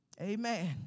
Amen